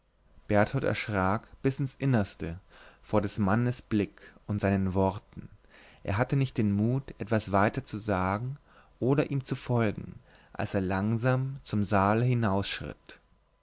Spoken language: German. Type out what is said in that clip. berthold erschrak bis ins innerste vor des mannes blick und seinen worten er hatte nicht den mut etwas weiter zu sagen oder ihm zu folgen als er langsam zum saale